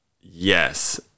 yes